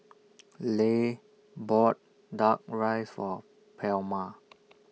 Leigh bought Duck Rice For Palma